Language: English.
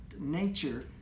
nature